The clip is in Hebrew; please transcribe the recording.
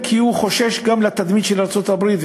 הוא חושש גם לתדמית של ארצות-ברית,